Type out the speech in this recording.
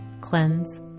cleanse